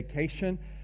vacation